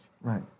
Right